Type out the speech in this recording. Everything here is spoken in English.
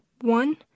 one